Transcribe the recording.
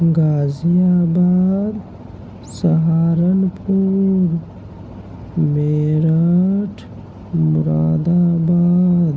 غازی آباد سہارنپور میرٹھ مراد آباد